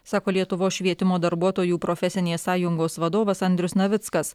sako lietuvos švietimo darbuotojų profesinės sąjungos vadovas andrius navickas